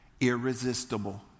irresistible